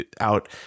out